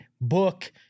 book